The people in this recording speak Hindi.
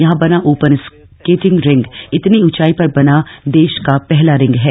यहां बना ओपन स्केटिंग रिंग इतनी ऊंचाई पर बना देश का पहला रिंग है